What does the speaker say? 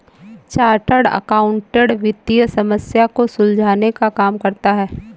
chartered accountant वित्तीय समस्या को सुलझाने का काम करता है